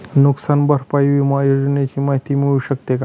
नुकसान भरपाई विमा योजनेची माहिती मिळू शकते का?